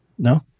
No